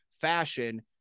fashion